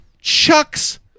chucks